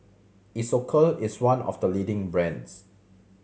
Isocal is one of the leading brands